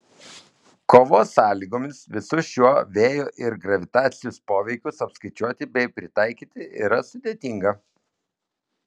kovos sąlygomis visus šiuo vėjo ir gravitacijos poveikius apskaičiuoti bei pritaikyti yra sudėtinga